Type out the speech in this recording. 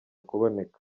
kuboneka